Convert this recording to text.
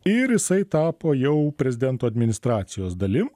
ir jisai tapo jau prezidento administracijos dalim